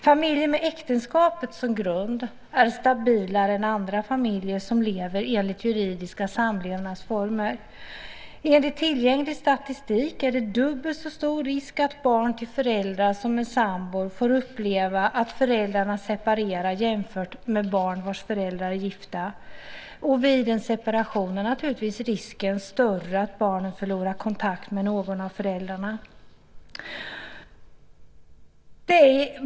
Familjer med äktenskapet som grund är stabilare än andra familjer som lever enligt juridiska samlevnadsformer. Enligt tillgänglig statistik är risken dubbelt så stor att barn till föräldrar som är sambor får uppleva att föräldrarna separerar jämfört med hur det är med barn vars föräldrar är gifta. Vid en separation är naturligtvis risken större att barnet förlorar kontakten med någon av föräldrarna.